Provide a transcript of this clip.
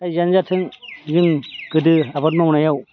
दा जियानो जाथों जों गोदो आबाद मावनायाव